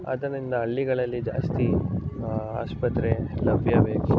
ಆದ್ದರಿಂದ ಹಳ್ಳಿಗಳಲ್ಲಿ ಜಾಸ್ತಿ ಆಸ್ಪತ್ರೆ ಲಭ್ಯ ಬೇಕು